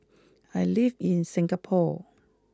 I live in Singapore